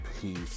peace